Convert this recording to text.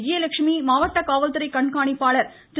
விஜயலட்சுமி மாவட்ட காவல்துறை கண்காணிப்பாளர் திரு